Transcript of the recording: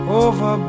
over